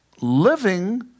living